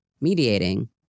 mediating